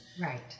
Right